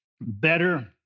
better